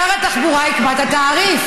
שר התחבורה יקבע את התעריף.